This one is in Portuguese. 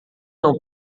não